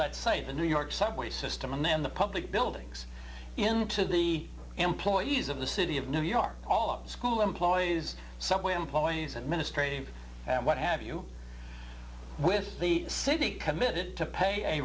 let's say the new york subway system and then the public buildings into the employees of the city of new york all of school employees subway employees administrative and what have you with the city committed to